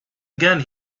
again